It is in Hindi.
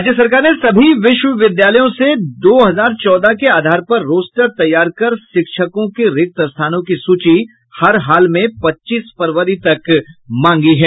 राज्य सरकार ने सभी विश्वविद्यालयों से दो हजार चौदह के अधार पर रोस्टर तैयार कर शिक्षकों के रिक्त स्थानों की सूची हर हाल में पच्चीस फरवरी तक मांगी है